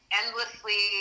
endlessly